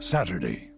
Saturday